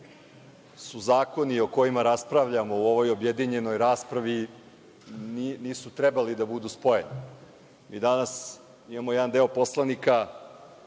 da zakoni o kojima raspravljamo u ovoj objedinjenoj raspravi nije trebalo da budu spojeni. Mi danas imamo jedan deo poslanika